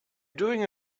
doing